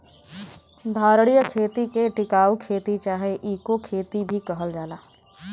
धारणीय खेती के टिकाऊ खेती चाहे इको खेती भी कहल जाला